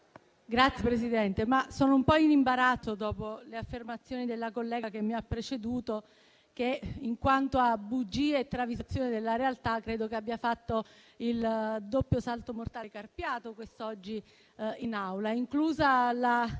Signora Presidente, sono un po' in imbarazzo dopo le affermazioni della collega che mi ha preceduto che, in quanto a bugie e travisazioni della realtà, credo abbia fatto il doppio salto mortale carpiato quest'oggi in Aula.